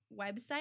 website